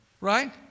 right